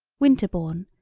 winterbourne,